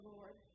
Lord